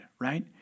right